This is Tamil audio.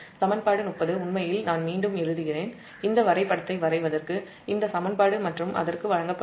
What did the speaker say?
சமன்பாடு 30 உண்மையில் நான் மீண்டும் எழுதுகிறேன் இந்த வரைபடத்தை வரைவதற்கு இந்த சமன்பாடு Ia1 Ia2 Ia0 0 அதற்கு வழங்கப்படுகிறது